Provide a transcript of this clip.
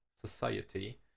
Society